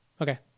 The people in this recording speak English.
Okay